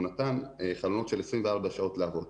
הוא נתן חלונות של 24 שעות לעבוד.